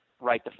right